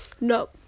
no